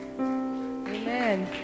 Amen